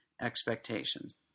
expectations